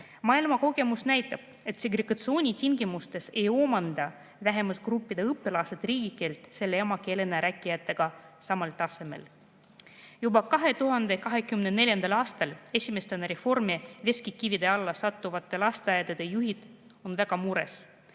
Maailma kogemus näitab, et segregatsiooni tingimustes ei omanda vähemusgruppide õpilased riigikeelt seda emakeelena rääkijatega samal tasemel. Juba 2024. aastal esimestena reformi veskikivide vahele sattuvate lasteaedade juhid on väga mures.